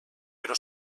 però